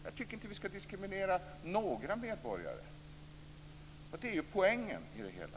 Jag tycker inte att vi ska diskriminera några medborgare, och det är det som är poängen i det hela.